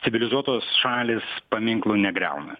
civilizuotos šalys paminklų negriauna